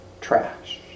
trash